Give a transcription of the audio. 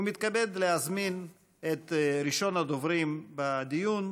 ומתכבד להזמין את ראשון הדוברים בדיון,